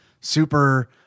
Super